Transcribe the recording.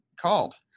called